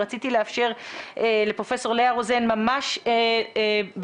רציתי לאפשר לפרופ' לאה רוזן ממש בדקתיים.